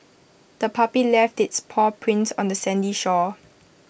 the puppy left its paw prints on the sandy shore